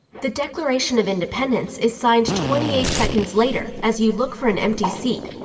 the declaration of independence is signed twenty eight seconds later as you look for an empty seat.